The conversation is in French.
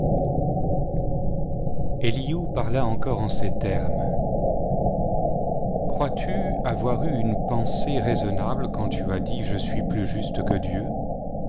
eliu parla encore en ces termes crois-tu avoir eu une pensée rai bonnable quand tu as dit je suis plus juste que dieu